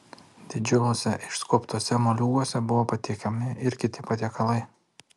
didžiuliuose išskobtuose moliūguose buvo pateikiami ir kiti patiekalai